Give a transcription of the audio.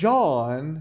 John